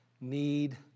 need